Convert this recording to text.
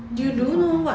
or is it four time